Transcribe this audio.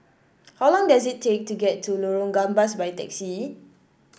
how long does it take to get to Lorong Gambas by taxi